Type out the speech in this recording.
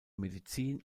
medizin